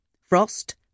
frost